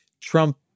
Trump